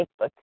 Facebook